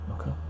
okay